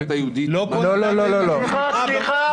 הדת היהודית לא מגדירה מה זה נורמלי.